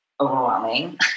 overwhelming